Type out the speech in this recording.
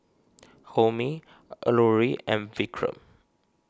Homi Alluri and Vikram